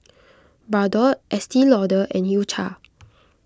Bardot Estee Lauder and U Cha